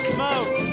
Smoke